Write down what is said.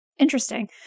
Interesting